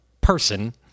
person